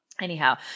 anyhow